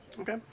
okay